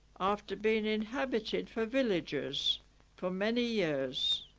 after being inhabited for villagers for many years